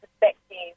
perspective